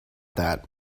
that